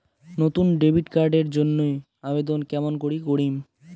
নতুন debit card এর জন্যে আবেদন কেমন করি করিম?